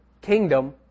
kingdom